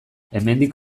hemendik